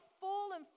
fallen